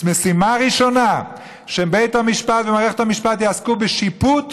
משימה ראשונה: שבית המשפט ומערכת המשפט יעסקו בשיפוט,